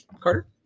Carter